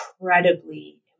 incredibly